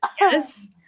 yes